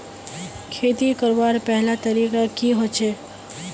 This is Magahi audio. खेती करवार पहला तरीका की होचए?